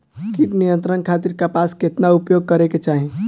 कीट नियंत्रण खातिर कपास केतना उपयोग करे के चाहीं?